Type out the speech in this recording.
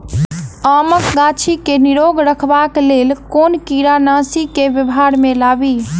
आमक गाछ केँ निरोग रखबाक लेल केँ कीड़ानासी केँ व्यवहार मे लाबी?